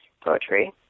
poetry